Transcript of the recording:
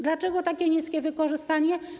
Dlaczego takie niskie wykorzystanie?